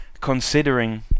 considering